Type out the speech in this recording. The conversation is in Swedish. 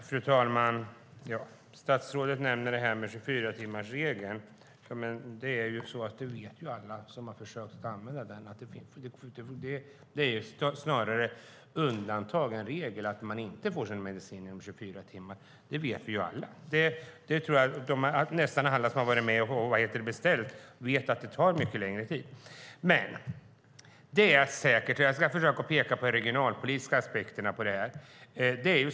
Fru talman! Statsrådet nämner 24-timmarsregeln. Alla som har försökt använda den vet att det snarare är undantag än regel att man får sin medicin inom 24 timmar. Det vet vi alla. Jag tror att nästan alla som har varit med om att beställa vet att det tar mycket längre tid. Jag ska försöka peka på de regionalpolitiska aspekterna.